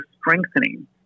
strengthening